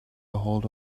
ahold